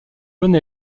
bonne